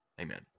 Amen